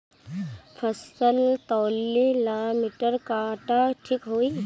फसल तौले ला मिटर काटा ठिक होही?